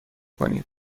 کنید